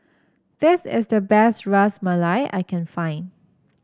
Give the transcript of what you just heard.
this is the best Ras Malai I can find